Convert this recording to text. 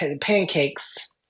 pancakes